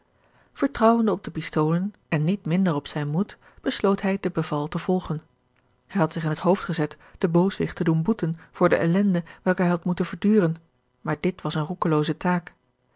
vertrouwende op de pistolen en niet minder op zijn moed besloot hij de beval te volgen hij had zich in het hoofd gezet den booswicht te doen boeten voor de ellende welke hij had moeten verduren maar dit was eene roekelooze taak